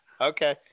Okay